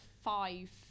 five